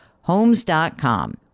Homes.com